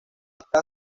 está